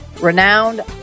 renowned